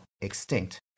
extinct